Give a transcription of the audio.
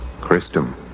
Christum